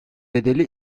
bedeli